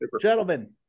gentlemen